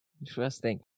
Interesting